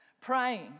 Praying